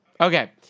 Okay